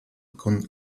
con